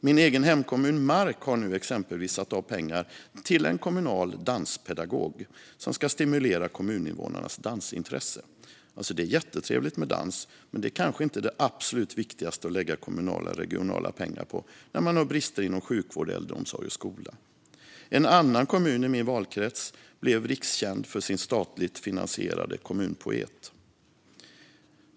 Min egen hemkommun Mark har nu exempelvis satt av pengar till en kommunal danspedagog som ska stimulera kommuninvånarnas dansintresse. Det är jättetrevligt med dans, men det är kanske inte det absolut viktigaste att lägga kommunala eller regionala pengar på när man har brister inom sjukvård, äldreomsorg och skola. En annan kommun i min valkrets blev rikskänd för sin statligt finansierade kommunpoet.